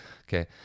okay